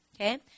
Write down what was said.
okay